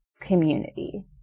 community